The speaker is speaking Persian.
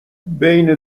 بین